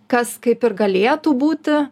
kas kaip ir galėtų būti